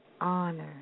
honor